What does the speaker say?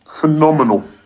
phenomenal